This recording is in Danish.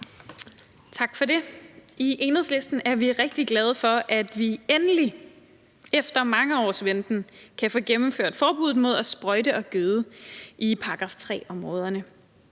Tak for det. I Enhedslisten er vi rigtig glade for, at vi endelig efter mange års venten kan få gennemført forbuddet mod at sprøjte og gøde i § 3-områderne.